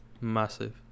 massive